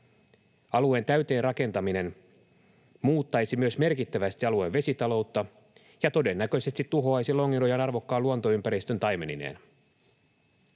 Alueen täyteen rakentaminen muuttaisi merkittävästi myös alueen vesitaloutta ja todennäköisesti tuhoaisi Longinojan arvokkaan luontoympäristön taimenineen.